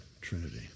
Trinity